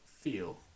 feel